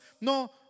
no